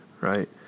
right